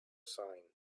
sign